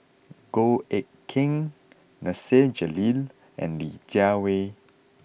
Goh Eck Kheng Nasir Jalil and Li Jiawei